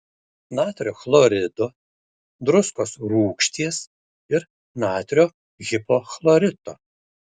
natrio chlorido druskos rūgšties ir natrio hipochlorito